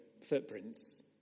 footprints